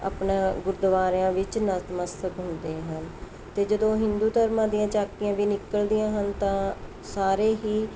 ਆਪਣਾ ਗੁਰਦੁਆਰਿਆਂ ਵਿੱਚ ਨਤਮਸਤਕ ਹੁੰਦੇ ਹਨ ਅਤੇ ਜਦੋਂ ਹਿੰਦੂ ਧਰਮ ਦੀਆਂ ਝਾਕੀਆਂ ਵੀ ਨਿਕਲਦੀਆਂ ਹਨ ਤਾਂ ਸਾਰੇ ਹੀ